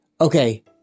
Okay